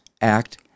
Act